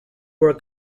were